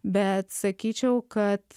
bet sakyčiau kad